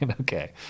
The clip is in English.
Okay